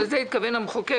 קבע המחוקק